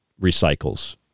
recycles